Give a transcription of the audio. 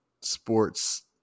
sports